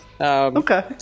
Okay